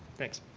thanks.